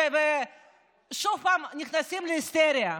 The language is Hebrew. ושוב פעם נכנסים להיסטריה.